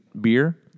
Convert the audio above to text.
beer